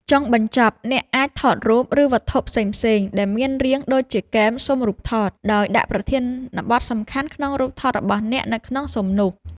ចុងបញ្ចប់ អ្នកអាចថតរូប ឬវត្ថុផ្សេងៗ ដែលមានរាងដូចជាគែមស៊ុមរូបថត ដោយដាក់ប្រធានបទសំខាន់ក្នុងរូបថតរបស់អ្នកនៅក្នុងស៊ុមនោះ។